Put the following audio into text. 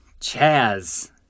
Chaz